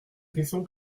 question